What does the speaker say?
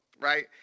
Right